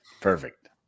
Perfect